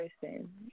person